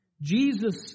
Jesus